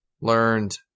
learned –